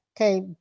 Okay